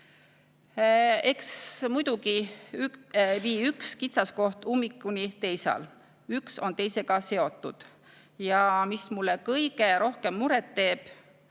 Eks muidugi vii üks kitsaskoht ummikuni teisal, üks on teisega seotud. Mis mulle kõige rohkem muret teeb